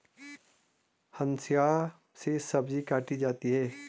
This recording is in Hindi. हंसिआ से सब्जी काटी जाती है